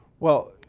well,